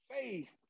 faith